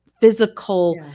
physical